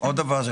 עופר, בבקשה.